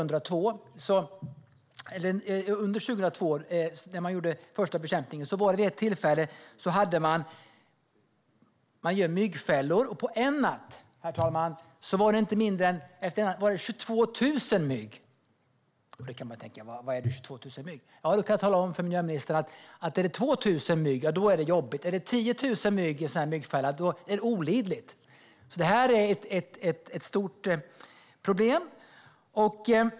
När man under 2002 gjorde den första bekämpningen hade man vid ett tillfälle 22 000 mygg i en myggfälla efter en natt. Man kan tänka: Hur mycket är 22 000 mygg? Jag kan tala om för miljöministern att 2 000 mygg är jobbigt, och är det 10 000 mygg i en myggfälla är det olidligt. Det här är alltså ett stort problem.